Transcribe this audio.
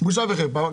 בושה וחרפה.